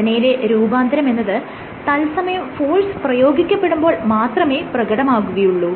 ഘടനയിലെ രൂപാന്തരമെന്നത് തത്സമയം ഫോഴ്സ് പ്രയോഗിക്കപ്പെടുമ്പോൾ മാത്രമേ പ്രകടമാകുകയുള്ളു